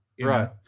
Right